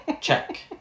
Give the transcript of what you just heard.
check